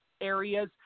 areas